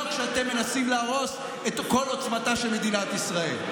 לא כשאתם מנסים להרוס את כל עוצמתה של מדינת ישראל.